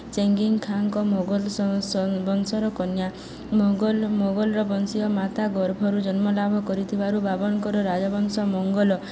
ଚେଙ୍ଗିଙ୍ଗ ଖାଙ୍କ ମୋଗଲ ବଂଶର କନ୍ୟା ମୋଗଲ ମୋଗଲର ବଂଶୀୟ ମାତା ଗର୍ଭରୁ ଜନ୍ମ ଲାଭ କରିଥିବାରୁ ବାବରଙ୍କର ରାଜବଂଶ ମଙ୍ଗଲ